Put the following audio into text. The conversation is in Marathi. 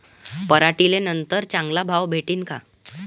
पराटीले नंतर चांगला भाव भेटीन का?